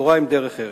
תורה, עם, דרך ארץ.